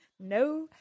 No